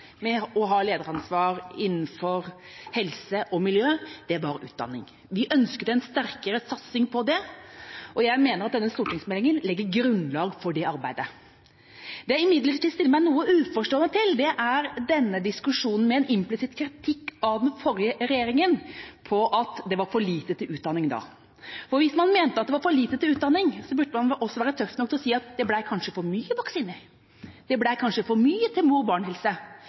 med å ha lederansvar innenfor helse og miljø, var utdanning. Vi ønsket en sterkere satsing på det, og jeg mener at denne stortingsmeldinga legger grunnlag for det arbeidet. Det jeg imidlertid stiller meg noe uforstående til, er denne diskusjonen med en implisitt kritikk av den forrige regjeringa for at det var for lite til utdanning da. Hvis man mente at det var for lite til utdanning, burde man også være tøff nok til å si at det kanskje ble for mye til vaksiner eller for mye til mor–barn-helse. Jeg mener at vi må